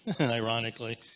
ironically